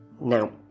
Now